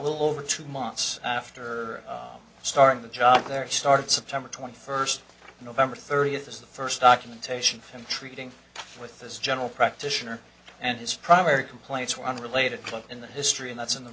little over two months after starting the job there started september twenty first november thirtieth is the first documentation from treating with this general practitioner and his primary complaints were unrelated to him in the history and that's in the